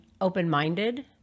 open-minded